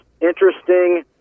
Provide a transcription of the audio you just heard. interesting